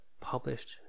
published